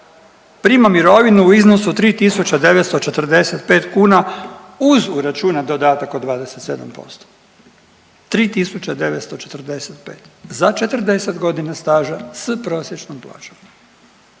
prima mirovinu u iznosu 3.945 kuna uz uračunat dodatak od 27%, 3.945 za 40.g. staža s prosječnom plaćom.